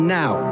now